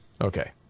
Okay